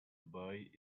boy